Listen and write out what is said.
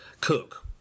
Cook